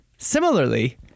Similarly